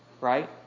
Right